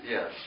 Yes